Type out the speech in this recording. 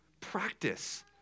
Practice